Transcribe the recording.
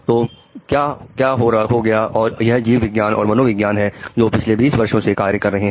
तो क्या क्या हो गया और यह जीव विज्ञान और मनोविज्ञान है जो पिछले 20 वर्षों से कार्य कर रहे हैं